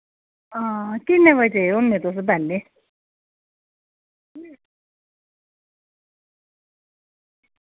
हां किन्ने बजे होने तुस बैल्ले